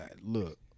look